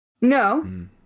No